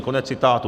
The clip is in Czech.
Konec citátu.